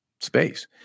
space